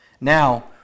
Now